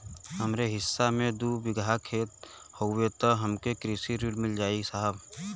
हमरे हिस्सा मे दू बिगहा खेत हउए त हमके कृषि ऋण मिल जाई साहब?